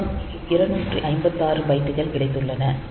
மொத்தம் 256 பைட்டுகள் கிடைத்துள்ளன